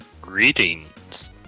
Greetings